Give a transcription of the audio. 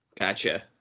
Gotcha